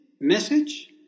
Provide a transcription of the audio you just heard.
message